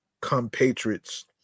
compatriots